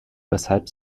weshalb